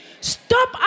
Stop